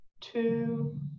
two